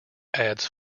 adds